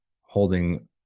holding